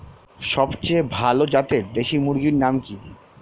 সবচেয়ে ভালো জাতের দেশি মুরগির নাম কি?